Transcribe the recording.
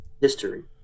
history